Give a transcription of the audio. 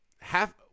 Half